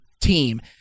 team